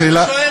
אותי אתה שואל?